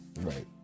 right